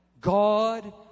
God